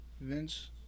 Vince